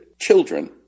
children